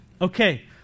Okay